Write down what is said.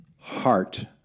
heart